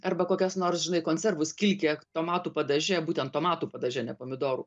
arba kokias nors žinai konservus kilkė tomatų padaže būtent tomatų padaže ne pomidorų